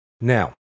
Now